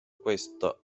questo